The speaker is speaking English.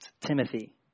Timothy